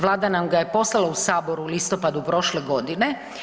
Vlada nam ga je poslala u Sabor u listopadu prošle godine.